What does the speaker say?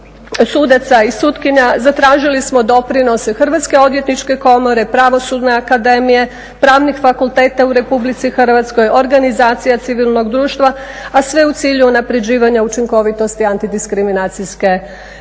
sudaca i sutkinja zatražili smo doprinose Hrvatske odvjetničke komore, Pravosudne akademije, pravnih fakulteta u RH, organizacija civilnog društva a sve u cilju unapređivanja učinkovitosti antidiskriminacijske zaštite.